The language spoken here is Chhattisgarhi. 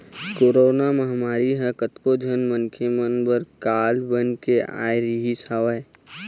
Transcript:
कोरोना महामारी ह कतको झन मनखे मन बर काल बन के आय रिहिस हवय